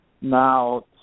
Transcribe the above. now